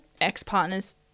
ex-partners